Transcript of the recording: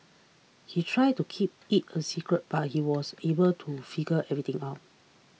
he tried to keep it a secret but he was able to figure everything out